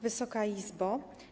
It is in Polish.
Wysoka Izbo!